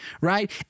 right